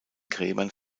gräbern